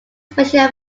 special